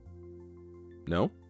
No